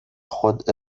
خود